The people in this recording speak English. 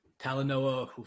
Talanoa